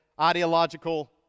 ideological